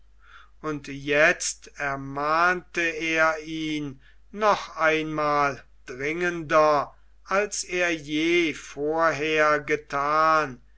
und jetzt ermahnte er ihn noch einmal dringender als er je vorher gethan